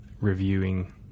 reviewing